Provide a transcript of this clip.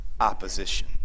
opposition